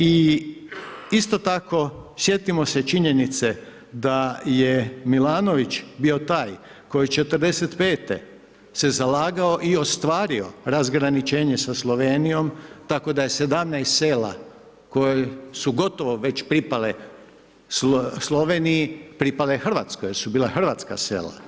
I isto tako, sjetimo se činjenice da je Milanović bio taj koji 45-te se zalagao i ostvario razgraničenje sa Slovenijom, tako da je 17 sela koje su gotovo već pripale Sloveniji, pripale RH jer su bila hrvatska sela.